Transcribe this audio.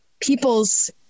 people's